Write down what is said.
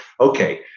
okay